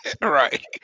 Right